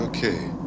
Okay